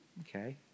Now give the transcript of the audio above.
okay